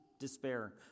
despair